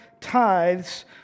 tithes